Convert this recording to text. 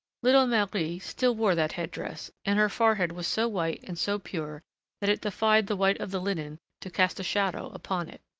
little marie still wore that head dress, and her forehead was so white and so pure that it defied the white of the linen to cast a shadow upon it.